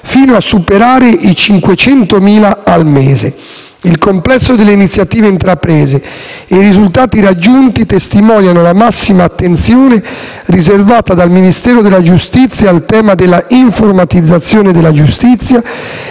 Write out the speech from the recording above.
fino a superare i 500.000 al mese. Il complesso delle iniziative intraprese e i risultati raggiunti testimoniano la massima attenzione riservata dal Ministero della giustizia al tema della informatizzazione della giustizia